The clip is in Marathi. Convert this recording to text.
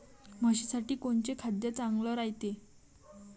म्हशीसाठी कोनचे खाद्य चांगलं रायते?